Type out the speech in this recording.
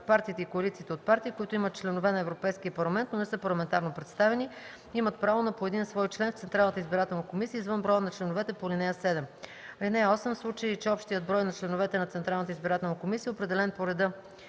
Партиите и коалициите от партии, които имат членове на Европейския парламент, но не са парламентарно представени, имат право на по един свой член в Централната избирателна комисия, извън броя на членовете по ал. 7. (8) В случай че общият брой на членовете на Централната избирателна комисия, определен по реда